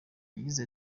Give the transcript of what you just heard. yagize